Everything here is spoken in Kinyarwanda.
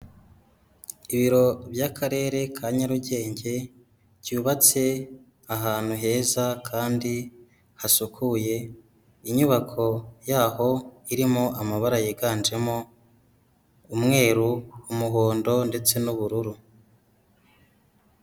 Ibiro by'akarere ka nyarugenge byubatse ahantu heza kandi hasukuye inyubako yaho irimo amabara yiganjemo umweru, umuhondo, ndetse n'ubururu.